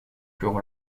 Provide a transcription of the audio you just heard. pour